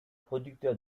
producteur